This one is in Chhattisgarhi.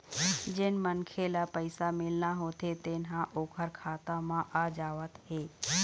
जेन मनखे ल पइसा मिलना होथे तेन ह ओखर खाता म आ जावत हे